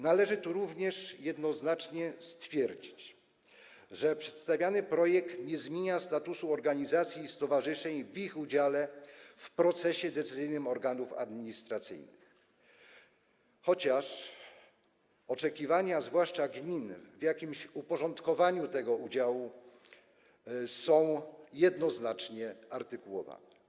Należy tu również jednoznacznie stwierdzić, że przedstawiany projekt nie zmienia statusu organizacji i stowarzyszeń w zakresie ich udziału w procesie decyzyjnym organów administracyjnych, chociaż oczekiwania, zwłaszcza gmin, co do uporządkowania tego udziału są jednoznacznie artykułowane.